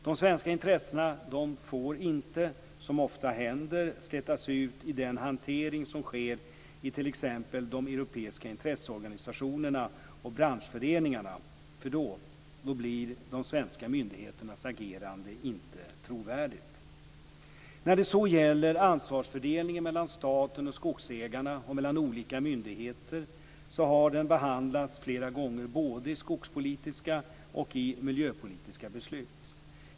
De svenska intressena får inte, som ofta händer, slätas ut i den hantering som sker i t.ex. de europeiska intresseorganisationerna och branschföreningarna för då blir de svenska myndigheternas agerande inte trovärdigt. När det så gäller ansvarsfördelningen mellan staten och skogsägarna och mellan olika myndigheter så har den behandlats flera gånger både i skogspolitiska och i miljöpolitiska beslut.